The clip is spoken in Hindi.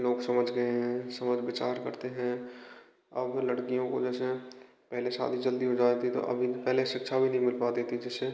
लोग समझ गए हैं समझ विचार करते हैं अब लड़कियों को जैसे पहले शादी जल्दी हो जाती तो अभी पहले शिक्षा भी नहीं मिल पाती थी जिससे